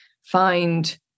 find